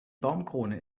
baumkrone